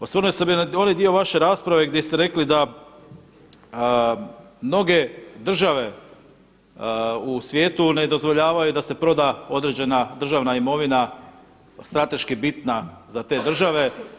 Osvrnuo bi se na onaj dio vaše rasprave gdje ste rekli da mnoge države u svijetu ne dozvoljavaju da se proda određena državna imovina strateški bitna za te države.